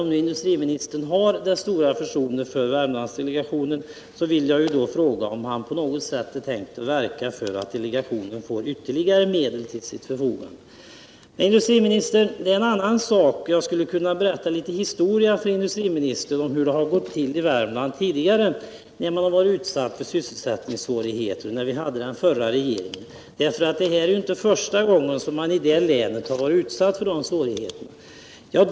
Om industriministern har det stora förtroendet för Värmlandsdelegationen vill jag fråga om han kan verka för att delegationen får ytterligare medel till sitt förfogande. Men jag ville tala om en annan sak. Jag skulle kunna berätta litet historia för industriministern om hur det har gått till i Värmland tidigare, när man varit utsatt för sysselsättningssvårigheter, under den förra regeringen. Detta är ju inte första gången som man haft svårigheter i länet.